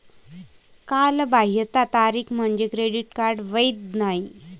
कालबाह्यता तारीख म्हणजे क्रेडिट कार्ड वैध नाही